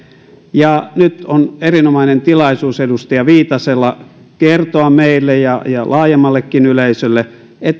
nyt on erinomainen tilaisuus edustaja viitasella kertoa meille ja laajemmallekin yleisölle